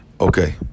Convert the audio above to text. Okay